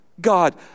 God